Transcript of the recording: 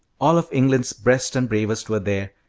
all of england's best and bravest were there,